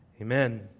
Amen